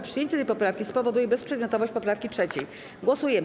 Przyjęcie tej poprawki spowoduje bezprzedmiotowość poprawki 3. Głosujemy.